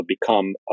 become